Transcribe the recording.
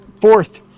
fourth